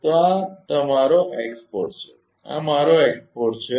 તો આ મારો x4 છે આ મારો x4 છે